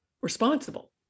responsible